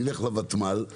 נלך לותמ"ל,